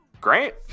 Great